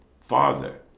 Father